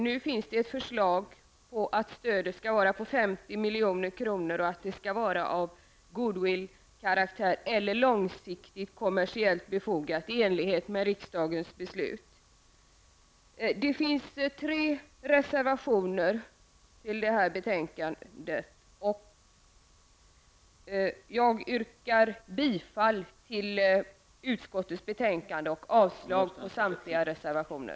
Nu finns ett förslag på att stödet skall vara 50 milj.kr. och att det skall vara av goodwill-karaktär eller långsiktigt kommersiellt befogat i enlighet med riksdagens beslut. Det finns tre reservationer fogade till det här betänkandet. Jag yrkar bifall till utskottets hemställan och avslag på samtliga reservationer.